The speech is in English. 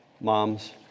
moms